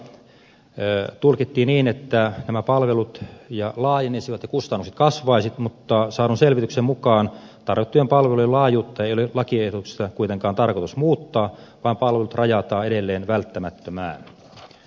joissakin asiantuntijalausunnoissa tulkittiin niin että nämä palvelut laajenisivat ja kustannukset kasvaisivat mutta saadun selvityksen mukaan tarjottujen palvelujen laajuutta ei ole lakiehdotuksessa kuitenkaan tarkoitus muuttaa vaan palvelut rajataan edelleen välttämättömään